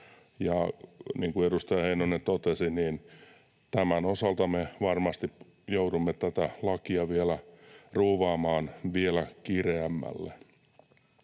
kuin edustaja Heinonen totesi, tämän osalta me varmasti joudumme tätä lakia vielä ruuvaamaan kireämmälle.